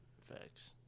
Facts